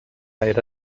era